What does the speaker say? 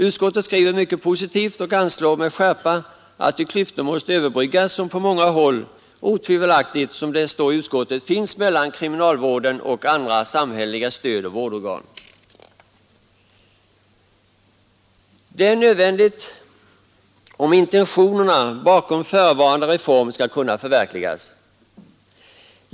Utskottet skriver mycket positivt och fastslår med skärpa att de klyftor måste överbyggas som på många håll otvivelaktigt finns mellan kriminalvården och andra samhälleliga stödoch vårdorgan. Det är nödvändigt om intentionerna bakom förevarande reform skall kunna förverkligas.